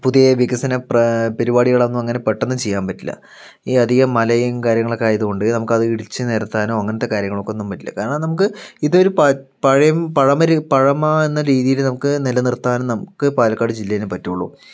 പുതിയ വികസന പരിപാടികളൊന്നും അങ്ങനെ പെട്ടെന്ന് ചെയ്യാൻ പറ്റില്ല ഈ അധികം മലയും കാര്യങ്ങളൊക്കെ കൊണ്ട് നമുക്കത് ഇടിച്ച് നിരത്താനോ അങ്ങനത്തെ കാര്യങ്ങൾക്കൊന്നും പറ്റില്ല കാരണം നമുക്ക് ഇതൊര് പ പഴയ പഴമര് പഴമ എന്ന രീതിയില് നമുക്ക് നിലനിർത്താൻ നമുക്ക് പാലക്കാട് ജില്ലേനെ പറ്റൂള്ളൂ